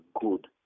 good